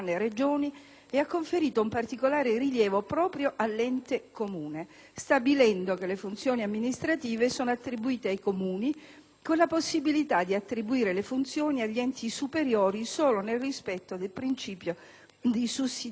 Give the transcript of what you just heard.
e ha conferito un particolare rilievo proprio all'ente Comune, stabilendo che «le funzioni amministrative sono attribuite ai Comuni», con la possibilità di attribuire le funzioni agli enti superiori solo nel rispetto del principio di sussidiarietà.